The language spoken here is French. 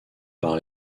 par